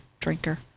drinker